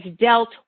dealt